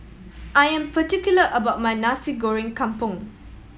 I am particular about my Nasi Goreng Kampung